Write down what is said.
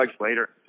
Later